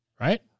right